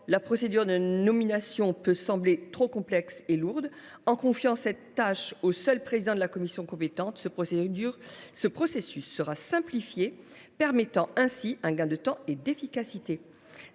la procédure de nomination peut sembler trop complexe et lourde. En confiant cette tâche au seul président de la commission compétente, nous simplifierons ce processus, permettant ainsi un gain de temps et d’efficacité.